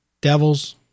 devils